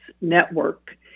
Network